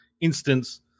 instance